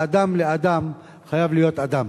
ואדם לאדם חייב להיות אדם.